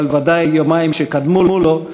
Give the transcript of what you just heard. אבל ודאי ביומיים שקדמו לו.